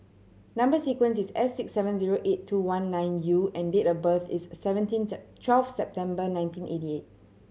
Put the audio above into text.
number sequence is S six seven zero eight two one nine U and date of birth is thirteen twelve September nineteen eighty eight